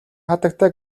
хатагтай